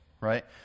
right